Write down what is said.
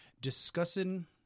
discussing